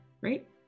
right